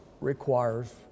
requires